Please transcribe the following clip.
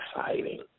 exciting